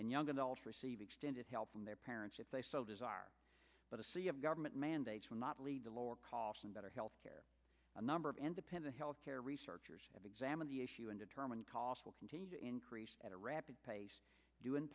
and young adults receive extended help from their parents if they so desire but a sea of government mandates will not lead to lower costs and better health care a number of independent health care researchers have examined the issue and determine costs will continue to increase at a rapid pace due in